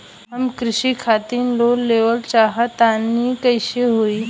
हम कृषि खातिर लोन लेवल चाहऽ तनि कइसे होई?